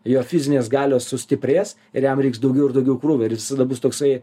jo fizinės galios sustiprės ir jam reiks daugiau ir daugiau krūvio ir jis visada bus toksai